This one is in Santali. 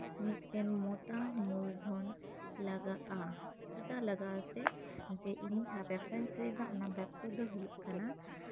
ᱢᱤᱫᱴᱮᱱ ᱢᱳᱴᱟ ᱢᱩᱞᱫᱷᱚᱱ ᱞᱟᱜᱟᱜᱼᱟ ᱪᱮᱫᱟᱜ ᱞᱟᱜᱟᱜ ᱟᱥᱮ ᱤᱧ ᱡᱟᱦᱟᱸ ᱵᱮᱵᱥᱟᱧ ᱥᱩᱨᱩᱭᱮᱫᱟ ᱚᱱᱟ ᱵᱮᱵᱥᱟ ᱫᱚ ᱦᱩᱭᱩᱜ ᱠᱟᱱᱟ